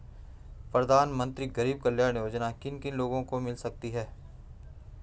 प्रधानमंत्री गरीब कल्याण योजना किन किन लोगों को मिल सकती है?